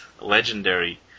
Legendary